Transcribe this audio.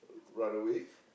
run away